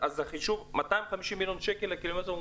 250 מיליון שקל לקילומטר ממוצע?